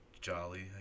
jolly